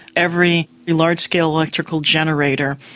every large-scale electrical generator,